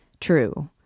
True